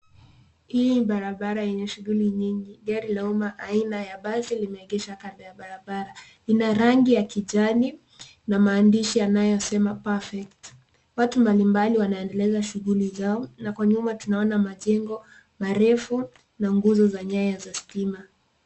Hii ni barabara yenye shughuli nyingi. Gari la umma aina ya basi limeegeshwa kando ya barabara. Ina rangi ya kijani, na maandishi yanayosema "PERFECT". Watu mbalimbali wanaendeleza shughuli zao, na kwa nyuma tunaona majengo marefu na nguzo za nyaya za stima.